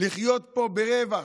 לחיות פה ברווח.